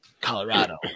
Colorado